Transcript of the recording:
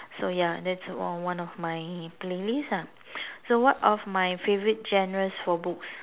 so ya that's one one of my playlist ah so what are my favourite genres for books